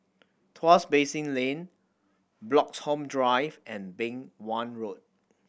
Tuas Basin Lane Bloxhome Drive and Beng Wan Road